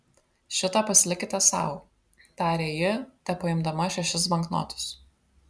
šitą pasilikite sau tarė ji tepaimdama šešis banknotus